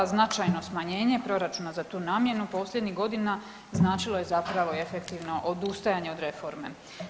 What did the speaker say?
Značajno smanjenje proračuna za tu namjenu posljednjih godina značilo je zapravo i efektivna odustajanja od reforme.